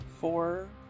four